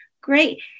Great